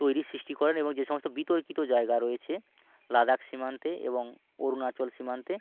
তৈরির সৃষ্টি করেন এবং যে সমস্ত বিতর্কিত জায়গা রয়েছে লাদাখ সীমান্তে এবং অরুণাচল সীমান্তে